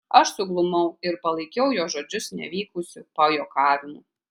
aš suglumau ir palaikiau jo žodžius nevykusiu pajuokavimu